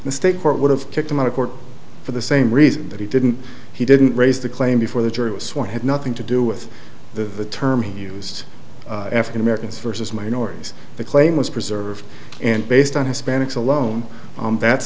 the state court would have kicked him out of court for the same reason that he didn't he didn't raise the claim before the jury was sworn had nothing to do with the term he used african americans versus minorities the claim was preserved and based on hispanics alone that's